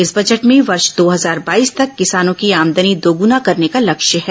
इस बजट में वर्ष दो हजार बाईस तक किसानों की आमदनी दोगुना करने का लक्ष्य है